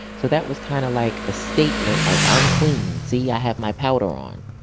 so that was kind of like a statement, like, i'm clean. see, i have my powder on.